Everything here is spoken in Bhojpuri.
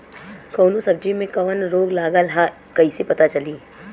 कौनो सब्ज़ी में कवन रोग लागल ह कईसे पता चली?